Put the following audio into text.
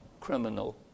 criminal